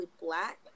black